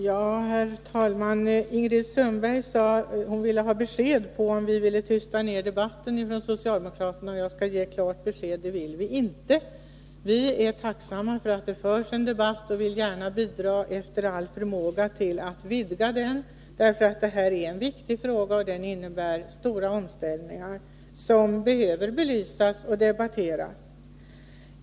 Herr talman! Ingrid Sundberg ville ha besked om socialdemokraterna vill tysta ner debatten. Jag skall ge klart besked: Det vill vi inte. Vi är tacksamma för att det förs en debatt och vill gärna bidra efter all förmåga till att vidga den. Det här är en viktig fråga, och den innebär stora omställningar som behöver belysas och debatteras.